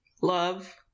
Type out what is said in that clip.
love